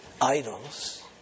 idols